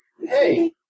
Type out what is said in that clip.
Hey